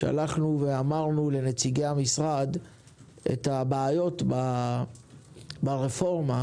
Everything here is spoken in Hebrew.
אמרנו לנציגי המשרד את הבעיות ברפורמה,